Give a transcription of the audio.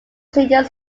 senior